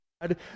God